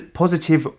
positive